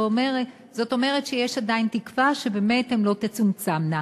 זאת אומרת שיש עדיין תקווה שבאמת הן לא תצומצמנה.